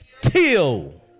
Till